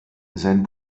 sein